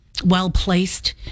well-placed